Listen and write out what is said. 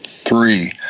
three